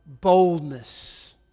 boldness